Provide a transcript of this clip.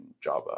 Java